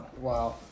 Wow